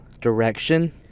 direction